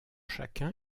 chacun